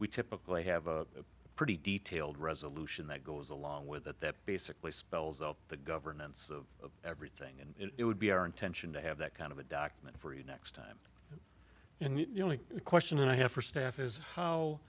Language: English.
we typically have a pretty detailed resolution that goes along with that that basically spells out the governance of everything and it would be our intention to have that kind of a document for you next time and the question i have for staff is how